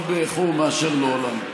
טוב באיחור מאשר לעולם לא.